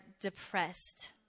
depressed